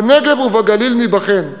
בנגב ובגליל ניבחן,